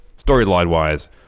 storyline-wise